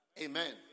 Amen